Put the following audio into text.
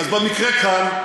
כאן,